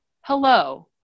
hello